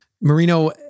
Marino